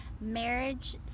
Marriage